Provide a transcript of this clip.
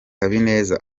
habineza